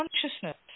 consciousness